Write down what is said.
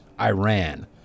Iran